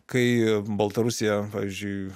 kai baltarusija pavyzdžiui